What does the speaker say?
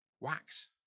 Wax